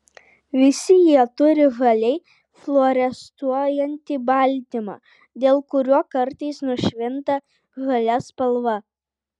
visi jie turi žaliai fluorescuojantį baltymą dėl kurio kartais nušvinta žalia spalva